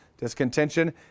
Discontention